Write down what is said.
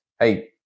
Hey